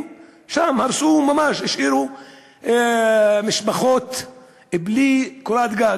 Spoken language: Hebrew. שם נהרסו בתים של משפחה שלמה.